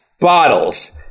bottles